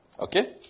Okay